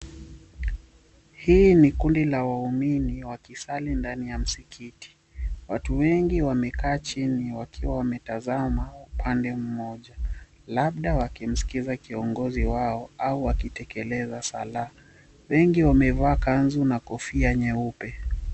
Hii ni kundi la waumini wakisali ndani ya msikiti, watu wengi wamekaa chini wakiwa wametazama upande mmoja, labda wakimskiza kiongozi wao au wakitekeleza sala wengi wamevaa kanzu na kofia nyeupe.